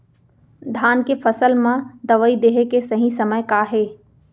धान के फसल मा दवई देहे के सही समय का हे?